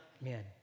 Man